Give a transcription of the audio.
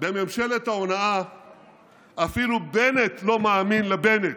בממשלת ההונאה אפילו בנט לא מאמין לבנט.